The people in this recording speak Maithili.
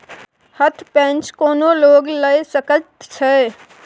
हथ पैंच कोनो लोक लए सकैत छै